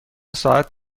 ساعت